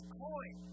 coin